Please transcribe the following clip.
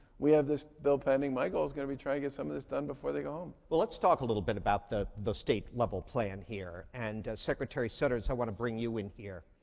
we have this bill pending, my goal's going to be try and get some of this done before they go home. well, let's talk a little bit about the the state-level plan here, and secretary sudders, i want to bring you in here.